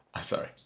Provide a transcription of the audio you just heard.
Sorry